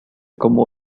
como